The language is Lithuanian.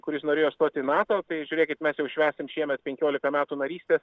kuris norėjo stoti į nato tai žiūrėkit mes jau šnekame šiemet penkiolika metų narystę